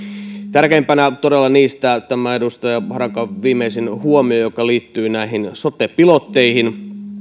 tärkeimpänä niistä on todella tämä edustaja harakan viimeisin huomio joka liittyy sote pilotteihin